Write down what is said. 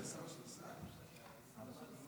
אתם אלו שעבדתם, תודה רבה לך, חבר הכנסת נאור